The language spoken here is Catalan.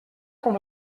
com